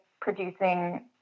producing